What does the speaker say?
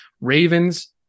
Ravens